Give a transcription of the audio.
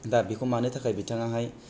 दा बिखौ मानो थाखाय बिथाङाहाय